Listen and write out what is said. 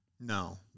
No